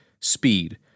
speed